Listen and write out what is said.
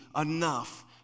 enough